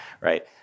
Right